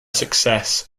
success